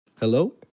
Hello